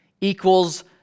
equals